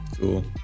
cool